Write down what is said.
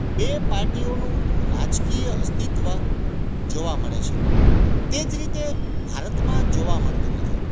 બે પાર્ટીઓનું રાજકીય અસ્તિત્વ જોવા મળે છે તે જ રીતે ભારતમાં જોવા મળતું નથી